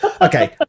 Okay